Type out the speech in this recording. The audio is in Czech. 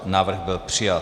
Návrh byl přijat.